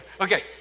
Okay